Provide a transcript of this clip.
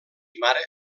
mare